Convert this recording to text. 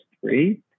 three